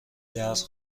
درس